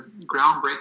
groundbreaking